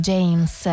James